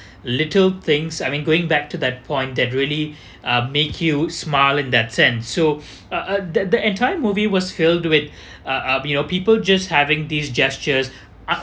little things I mean going back to that point that really uh make you smile in that sense so uh uh that the entire movie was filled with uh uh you know people just having these gestures